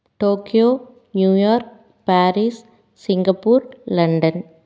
Tokyo New York Paris Singapore London